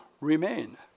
remain